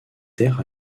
terres